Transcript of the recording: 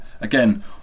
again